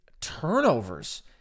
turnovers